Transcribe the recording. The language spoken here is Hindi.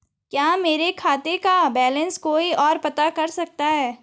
क्या मेरे बचत खाते का बैलेंस कोई ओर पता कर सकता है?